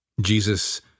Jesus